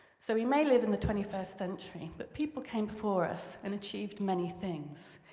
so we may live in the twenty first century, but people came before us and achieved many things.